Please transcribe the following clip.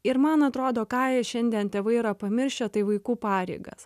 ir man atrodo ką šiandien tėvai yra pamiršę tai vaikų pareigas